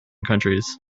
countries